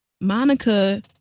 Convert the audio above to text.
Monica